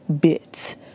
bits